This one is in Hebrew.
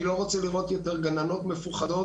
אני לא רוצה לראות יותר גננות מפוחדות.